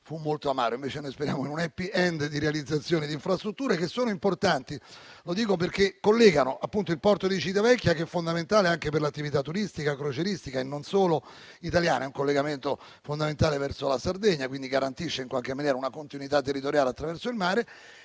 fu molto amaro; invece, noi speriamo in un *happy end* di realizzazione di infrastrutture, che sono importanti - lo sottolineo - perché collegano il porto di Civitavecchia che è fondamentale anche per l'attività turistica, crocieristica e non solo italiana; è un collegamento fondamentale verso la Sardegna, quindi garantisce una continuità territoriale attraverso il mare.